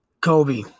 Kobe